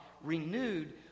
renewed